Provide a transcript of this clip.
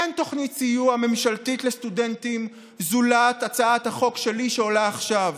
אין תוכנית סיוע ממשלתית לסטודנטים זולת הצעת החוק שלי שעולה עכשיו.